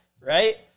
right